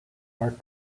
are